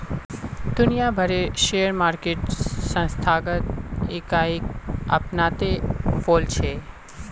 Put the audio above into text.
दुनिया भरेर share market संस्थागत इकाईक अपनाते वॉल्छे